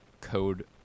code